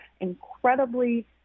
incredibly